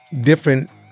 different